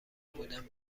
بودن